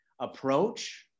approach